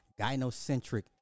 gynocentric